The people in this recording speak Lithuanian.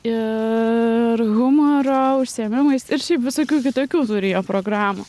ir humoro užsiėmimais ir šiaip visokių kitokių turi jie programų